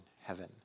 heaven